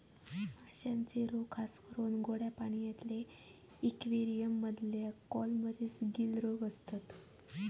माश्यांचे रोग खासकरून गोड्या पाण्यातल्या इक्वेरियम मधल्या कॉलमरीस, गील रोग असता